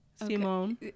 Simone